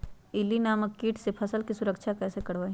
इल्ली नामक किट से फसल के सुरक्षा कैसे करवाईं?